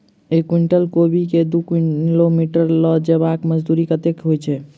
एक कुनटल कोबी केँ दु किलोमीटर लऽ जेबाक मजदूरी कत्ते होइ छै?